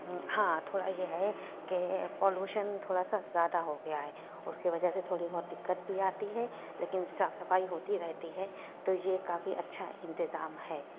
ہاں تھوڑا یہ ہے کہ پالوشن تھوڑا سا زیادہ ہو گیا ہے اس کی وجہ سے تھوڑی بہت دقت بھی آتی ہے لیکن صاف صفائی ہوتی رہتی ہے تو یہ کافی اچھا انتظام ہے